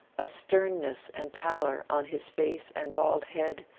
a sternness and pallor on his face and bald head,